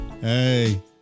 Hey